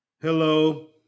Hello